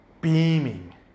beaming